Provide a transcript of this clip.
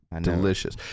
Delicious